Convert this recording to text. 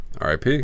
RIP